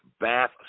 Bath